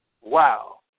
wow